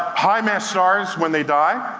high mass stars, when they die,